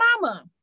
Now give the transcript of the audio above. mama